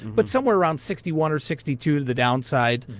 but somewhere around sixty one or sixty two to the downside,